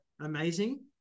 Amazing